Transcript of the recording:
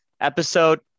Episode